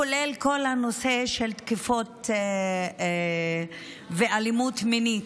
כולל כל הנושא של תקיפות ואלימות מינית.